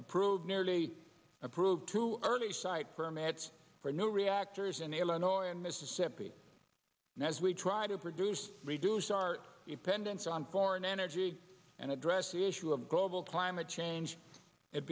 approved nearly approved two early site permits for new reactors in illinois in mississippi as we try to produce reduce our dependence on foreign energy and address the issue of global climate change it